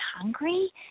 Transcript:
hungry